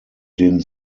den